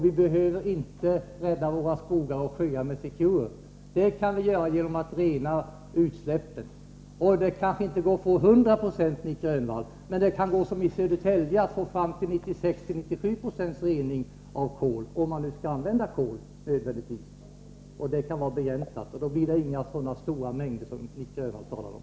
Vi behöver inte rädda våra skogar och sjöar med Secure. Det kan vi göra genom att rena utsläppen. Det kanske inte går att få 100 96 rening, Nic Grönvall, men det kan gå, som i Södertälje, att få 96-97 90 rening — om man nu nödvändigtvis skall använda kol. Men kolanvändningen kan vara begränsad, och då blir det ingalunda så stora mängder som Nic Grönvall talar om.